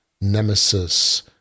Nemesis